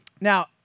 Now